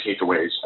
takeaways